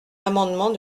amendement